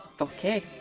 Okay